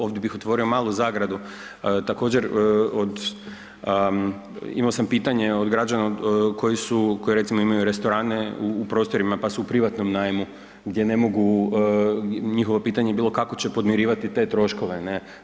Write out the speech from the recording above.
Ovdje bih otvorio malu zagradu, također od, imamo sam pitanje od građana koji recimo imaju restorane u prostorima pa su u privatnom najmu gdje ne mogu, njihovo je pitanje bilo kako će podmirivati te troškove, ne.